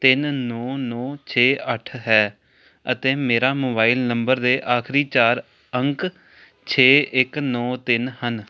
ਤਿੰਨ ਨੌਂ ਨੌਂ ਛੇ ਅੱਠ ਹੈ ਅਤੇ ਮੇਰੇ ਮੋਬਾਈਲ ਨੰਬਰ ਦੇ ਆਖਰੀ ਚਾਰ ਅੰਕ ਛੇ ਇੱਕ ਨੌਂ ਤਿੰਨ ਹਨ